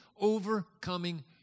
overcoming